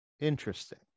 interesting